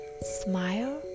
smile